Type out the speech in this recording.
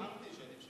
אמרתי שאני משנה.